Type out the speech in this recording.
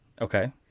Okay